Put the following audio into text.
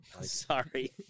Sorry